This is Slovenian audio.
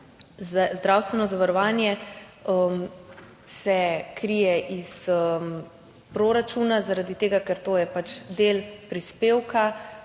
Zdravstveno zavarovanje se krije iz proračuna, zaradi tega ker je to pač